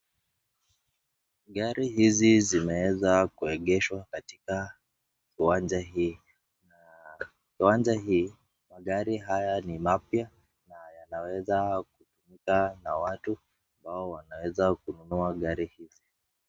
Gari hizi zimeweza kuegeshwa katika kiwanja hii na kiwanja hii magari haya ni mapya na yanaweza kutumika na watu ambao wanaweza kununua gari hizi.